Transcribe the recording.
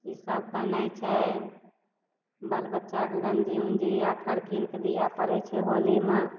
उसब बनय छै बाल बच्चाके गँजी उँजी आखर कीन कऽ दिय पड़य छै होलीमे